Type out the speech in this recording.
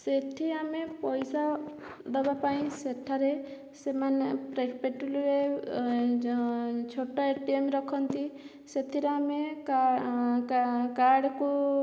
ସେଠି ଆମେ ପଇସା ଦେବାପାଇଁ ସେଠାରେ ସେମାନେ ପେଟ୍ରୋଲ ରେ ଛୋଟ ଏ ଟି ଏମ ରଖନ୍ତି ସେଥିରେ ଆମେ କାର୍ଡ଼କୁ